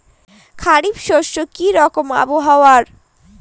খরিফ শস্যে কি রকম আবহাওয়ার?